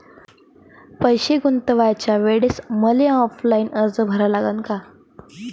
पैसे गुंतवाच्या वेळेसं मले ऑफलाईन अर्ज भरा लागन का?